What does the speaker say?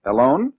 Alone